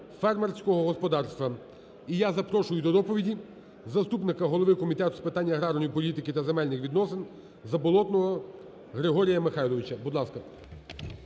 фермерського господарства. І я запрошую до доповіді заступника голови Комітету з питань аграрної політики та земельних відносин Заболотного Григорія Михайловича. Будь ласка.